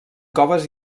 coves